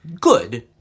good